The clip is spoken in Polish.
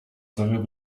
zowią